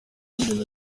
ibintu